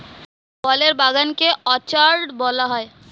ফলের বাগান কে অর্চার্ড বলা হয়